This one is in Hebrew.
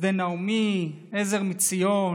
חסדי נעמי, עזר מציון,